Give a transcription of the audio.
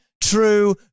true